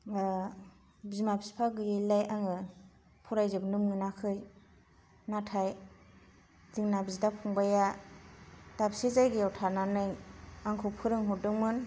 बिमा बिफा गैयैलाय आङो फरायजोबनो मोनाखै नाथाय जोंना बिदा फंबाइया दाबसे जायगायाव थानानै आंखौ फोरोंहरदोंमोन